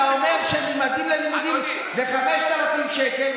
אתה אומר שממדים ללימודים זה 5,000 שקל,